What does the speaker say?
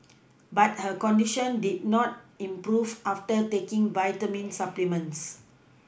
but her condition did not improve after taking vitamin supplements